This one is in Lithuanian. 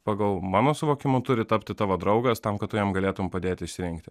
pagal mano suvokimą turi tapti tavo draugas tam kad tu jam galėtum padėti išsirinkti